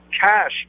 cash